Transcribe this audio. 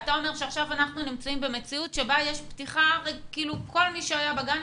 אתה אומר שעכשיו אנחנו נמצאים במציאות בה יש פתיחה וכל מי שהיה במעון,